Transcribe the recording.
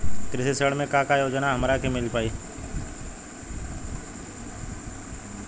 कृषि ऋण मे का का योजना हमरा के मिल पाई?